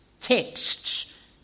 texts